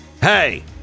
hey